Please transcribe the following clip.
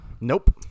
Nope